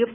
F